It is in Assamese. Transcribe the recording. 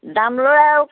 দাম লৈ আৰু